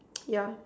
yeah